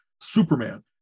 Superman